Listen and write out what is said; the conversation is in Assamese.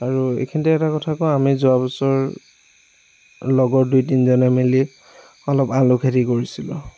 আৰু এইখিনিতে এটা কথা কওঁ আমি যোৱা বছৰ লগৰ দুই তিনিজনে মিলি অলপ আলু খেতি কৰিছিলোঁ